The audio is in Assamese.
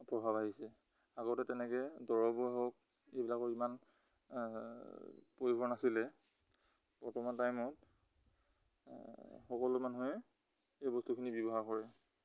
প্ৰভাৱ আহিছে আগতে তেনেকৈ দৰবে হওক এইবিলাকৰ ইমান পয়োভৰ নাছিলে বৰ্তমান টাইমত সকলো মানুহে এই বস্তুখিনি ব্যৱহাৰ কৰে